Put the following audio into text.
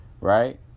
Right